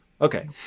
Okay